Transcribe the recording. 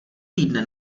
týdne